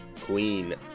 queen